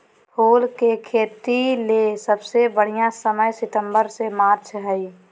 फूल के खेतीले सबसे बढ़िया समय सितंबर से मार्च हई